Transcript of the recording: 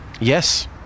Yes